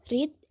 Read